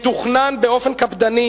מתוכנן באופן קפדני,